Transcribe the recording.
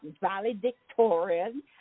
valedictorian